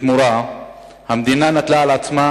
בתמורה המדינה נטלה על עצמה